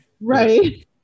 Right